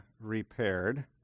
repaired